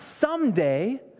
someday